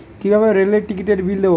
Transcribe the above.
কিভাবে রেলের টিকিটের বিল দেবো?